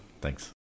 Thanks